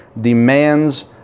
demands